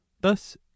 thus